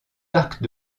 arcs